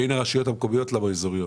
בין הרשויות המקומיות לאזוריות.